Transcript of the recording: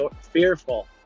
fearful